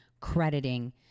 crediting